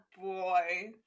boy